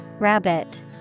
Rabbit